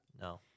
no